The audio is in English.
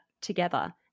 together